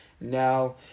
now